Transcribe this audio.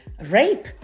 rape